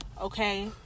okay